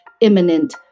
imminent